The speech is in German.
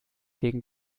wegen